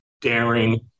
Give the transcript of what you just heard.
daring